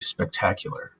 spectacular